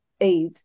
aid